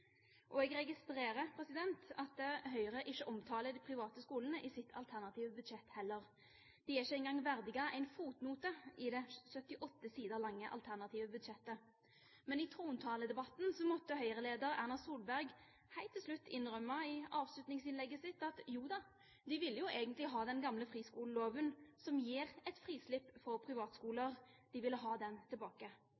fellesskolen. Jeg registrerer også at Høyre heller ikke omtaler de private skolene i sitt alternative budsjett. De er ikke engang verdiget en fotnote i det 78 sider lange alternative budsjettet. Men i trontaledebatten måtte Høyre-leder Erna Solberg helt til slutt innrømme i avslutningsinnlegget sitt at jo da, de ville jo egentlig ha den gamle friskoleloven som gir et frislipp for